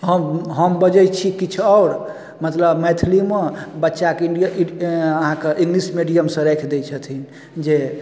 हम हम बजै छी किछु आओर मतलब मैथिलीमे बच्चाके अहाँके इङ्गलिश मीडिअमसँ राखि दै छथिन जे